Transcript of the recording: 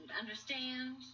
Understand